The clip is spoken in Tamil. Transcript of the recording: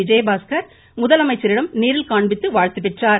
விஜயபாஸ்கர் முதலமைச்சரிடம் நேரில் காண்பித்து வாழ்த்து பெற்றார்